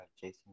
Jason